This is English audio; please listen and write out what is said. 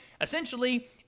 Essentially